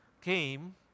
came